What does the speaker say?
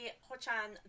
Ho-chan